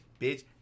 bitch